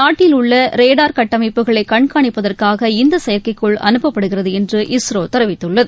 நாட்டில் உள்ளரடார் கட்டமைப்புகளைகண்காணிப்பதற்காக இந்தசெயற்கைக்கோள் அனுப்பப்படுகிறதுஎன்று இஸ்ரோதெரிவித்துள்ளது